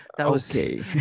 Okay